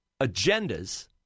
agendas